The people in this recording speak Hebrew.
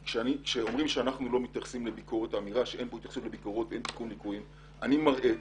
כי האמירה שאין התייחסות לביקורות ואין תיקון ליקויים אני מראה